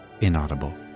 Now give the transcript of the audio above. inaudible